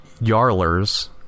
Yarlers